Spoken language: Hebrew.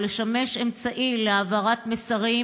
ולשמש אמצעי להעברת מסרים,